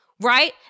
right